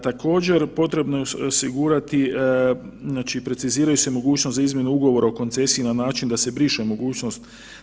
Također, potrebno je osigurati, znači preciziraju se mogućosti za izmjene ugovora o koncesiji na način da se briše mogućnost.